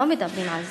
לא מדברים על זה.